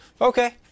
okay